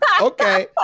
okay